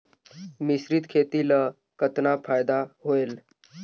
मिश्रीत खेती ल कतना फायदा होयल?